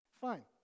Fine